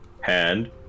hand